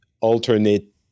alternate